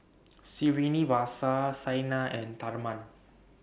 Srinivasa Saina and Tharman